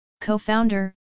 Co-Founder